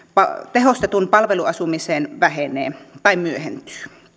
palveluasumiseen vähenee tai myöhentyy